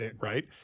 right